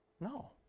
no